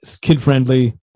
kid-friendly